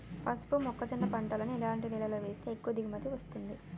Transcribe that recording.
పసుపు మొక్క జొన్న పంటలను ఎలాంటి నేలలో వేస్తే ఎక్కువ దిగుమతి వస్తుంది?